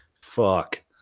Fuck